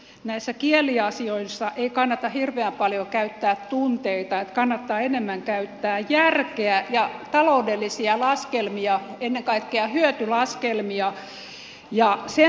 näissä kieliasioissa ei kannata hirveän paljon käyttää tunteita kannattaa enemmän käyttää järkeä ja taloudellisia laskelmia ennen kaikkea hyötylaskelmia